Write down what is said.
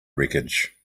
wreckage